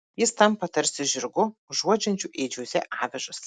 jis tampa tarsi žirgu užuodžiančiu ėdžiose avižas